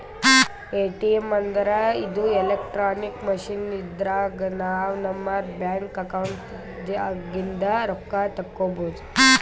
ATM ಅಂದ್ರ ಇದು electronic machine ಇದ್ರಾಗ್ ನಾವ್ ನಮ್ ಬ್ಯಾಂಕ್ ಅಕೌಂಟ್ ದಾಗಿಂದ್ ರೊಕ್ಕ ತಕ್ಕೋಬಹುದ್